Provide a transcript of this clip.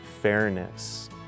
fairness